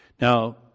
Now